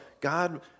God